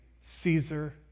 Caesar